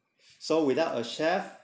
so without a chef